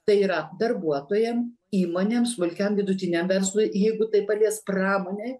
tai yra darbuotojam įmonėm smulkiam vidutiniam verslui jeigu tai palies pramonę